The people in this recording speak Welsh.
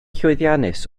llwyddiannus